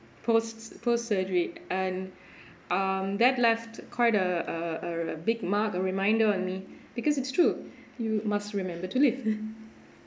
post post surgery and um that left quite a a a big mark a reminder on me because it's true you must remember to live